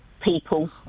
people